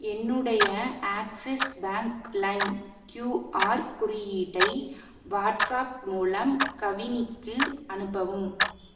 என்னுடைய Axis bank லைம் QR குறியீட்டை வாட்ஸாப் மூலம் கவினிக்கு அனுப்பவும்